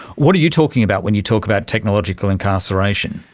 what are you talking about when you talk about technological incarceration?